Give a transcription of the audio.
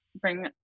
bring